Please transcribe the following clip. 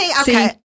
Okay